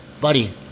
buddy